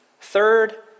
Third